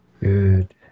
Good